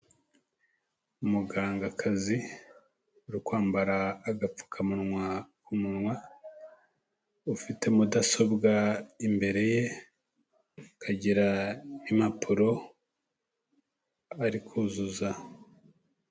Umugangakazi uri kwambara agapfukamunwa ku munwa, ufite mudasobwa imbere ye akagira n'impapuro ari kuzuza.